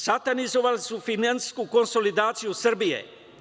Satanizovali su finansijsku konsolidaciju Srbije.